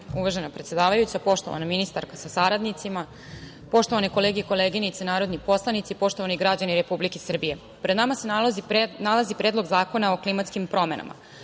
predsedavajuća, poštovana ministarka sa saradnicima, poštovane kolege i koleginice narodni poslanici, poštovani građani Republike Srbije, pred nama se nalazi Predlog zakona o klimatskim promenama.